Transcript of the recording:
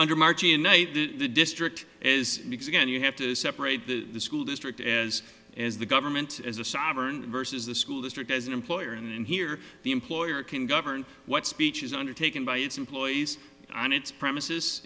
on the district is because again you have to separate the school district as the government as a sovereign versus the school district as an employer and here the employer can govern what speech is undertaken by its employees on its premises